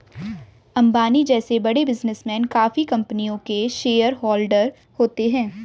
अंबानी जैसे बड़े बिजनेसमैन काफी कंपनियों के शेयरहोलडर होते हैं